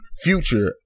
future